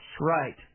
right